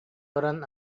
баран